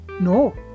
no